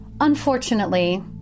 Unfortunately